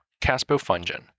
caspofungin